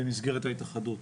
במסגרת ההתאחדות.